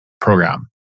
program